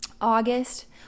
August